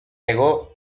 negó